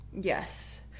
Yes